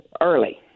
early